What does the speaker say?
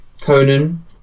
Conan